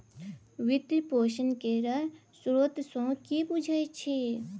वित्त पोषण केर स्रोत सँ कि बुझै छी